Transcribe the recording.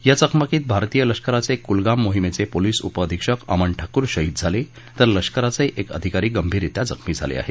या चकमकीत भारतीय लष्कराचे कुलगाम मोहिमेचे पोलीस उप अधिक्षक अमन ठाकूर शहीद झाले तर लष्कराचे एक अधिकारी गंभीररित्या जखमी झाले आहेत